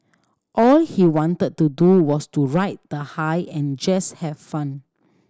all he wanted to do was to ride the high and just have fun